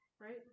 Right